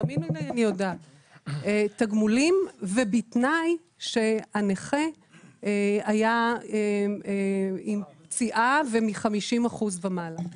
תגמולים ובתנאי שהנכה היה עם פציעה ומ-50% ומעלה.